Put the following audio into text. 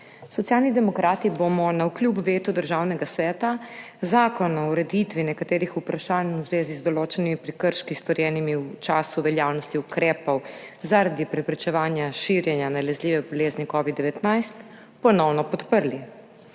Socialni demokrati bomo navkljub vetu Državnega sveta Zakon o ureditvi nekaterih vprašanj v zvezi z določenimi prekrški, storjenimi v času veljavnosti ukrepov zaradi preprečevanja širjenja nalezljive bolezni COVID-19, ponovno podprli.